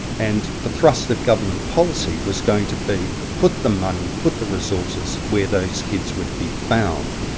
and the thrust of government policy was going to be put the money, put the resources where those kids were to be found.